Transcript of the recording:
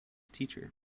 teacher